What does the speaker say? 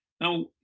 Now